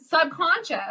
subconscious